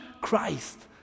Christ